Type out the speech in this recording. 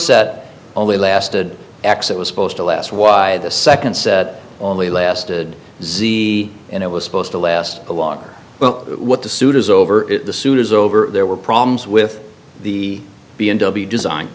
set only lasted x it was supposed to last why the second set only lasted z and it was supposed to last longer well what the suit is over it the suit is over there were problems with the b m w design